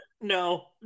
No